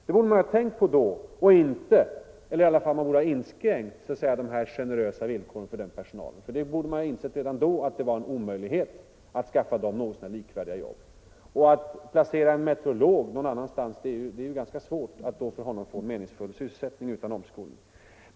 Det borde man ha tänkt på då och ha insett redan då att det var en omöjlighet att skaffa dem något så när likvärdiga jobb. Det är ganska svårt att omplacera en meteorolog så att han utan omskolning får meningsfull sysselsättning.